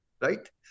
Right